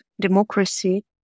democracy